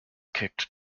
kicked